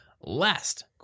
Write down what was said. Last